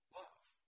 love